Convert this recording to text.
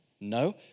No